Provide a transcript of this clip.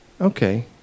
okay